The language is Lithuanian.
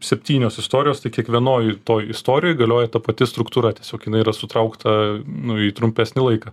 septynios istorijos tai kiekvienoj toj istorijoj galioja ta pati struktūra tiesiog jinai yra sutraukta nu į trumpesnį laiką